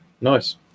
Nice